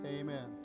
Amen